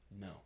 No